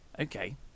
okay